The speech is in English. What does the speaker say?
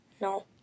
no